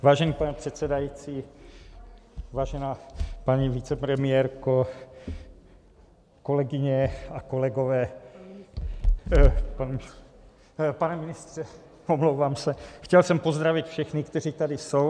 Vážený pane předsedající, vážená paní vicepremiérko, kolegyně a kolegové, pane ministře, omlouvám se, chtěl jsem pozdravit všechny, kteří tady jsou.